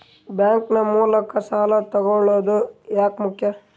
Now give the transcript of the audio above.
Bank ನ ಮೂಲಕ ಸಾಲ ತಗೊಳ್ಳೋದು ಯಾಕ ಮುಖ್ಯ?